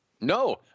No